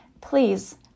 Please